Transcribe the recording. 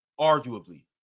arguably